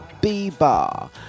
B-Bar